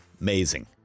amazing